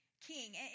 King